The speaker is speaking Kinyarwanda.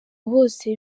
bose